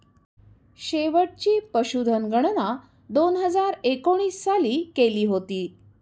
शेवटची पशुधन गणना दोन हजार एकोणीस साली केली होती